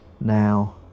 now